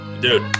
Dude